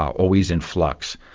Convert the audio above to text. always in flux,